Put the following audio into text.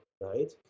right